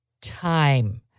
time